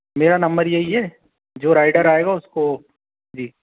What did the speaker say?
मेरा नंबर यही है जो राइडर आएगा उसको जी